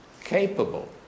capable